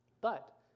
But